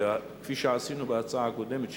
כפי שעשינו בהצעה הקודמת,